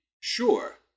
Sure